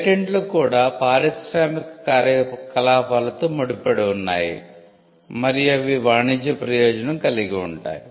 పేటెంట్లు కూడా పారిశ్రామిక కార్యకలాపాలతో ముడిపడి ఉన్నాయి మరియు అవి వాణిజ్య ప్రయోజనం కలిగి ఉంటాయి